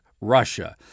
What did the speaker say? Russia